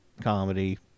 comedy